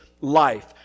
life